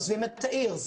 עוזבים את העיר.